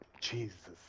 Jesus